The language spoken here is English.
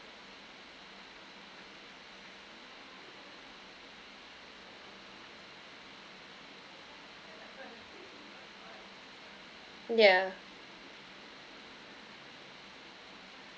yeah